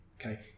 okay